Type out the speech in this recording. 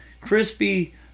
crispy